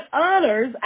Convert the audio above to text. honors